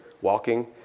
walking